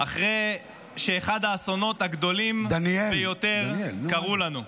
אחרי שאחד האסונות הגדולים ביותר קרו לנו.